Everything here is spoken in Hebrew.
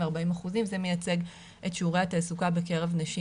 40% זה מייצג את שיעורי התעסוקה בקרב נשים